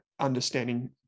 understanding